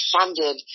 funded